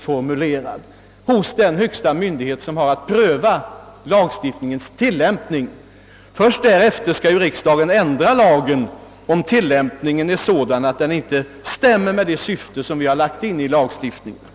Det är det sätt som man alltid får använda sig av när det är fråga om tillämpningen av en tvivelaktigt formulerad lag. Först därefter skall riksdagen ändra lagen, om tillämpningen inte överensstämmer med lagstiftningens syfte.